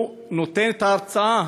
הוא נותן את ההרצאה